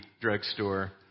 drugstore